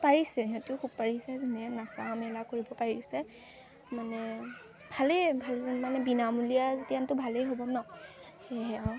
পাৰিছে সিহঁতেও খুব পাৰিছে যেনে নচা মেলা কৰিব পাৰিছে মানে ভালেই ভাল মানে বিনামূলীয়া যেতিয়াতো ভালেই হ'ব ন' সেয়েহে